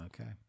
Okay